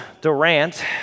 Durant